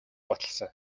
баталсан